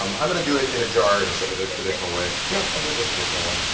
um i'm going to do it in a jar instead of the traditional way. no, i'll do it the traditional way.